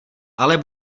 ale